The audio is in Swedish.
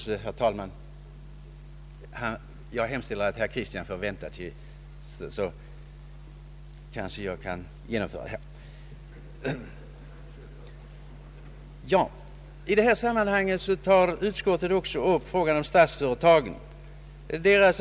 I detta sammanhang tar utskottet också upp frågan om statsföretagen.